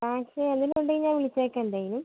taxi എന്തെങ്കിലും ഉണ്ടെങ്കിൽ ഞാൻ വിളിച്ചേക്കാം എന്തായാലും